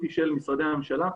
היא בידי משרדי הממשלה.